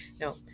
no